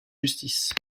justice